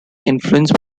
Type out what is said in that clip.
influenced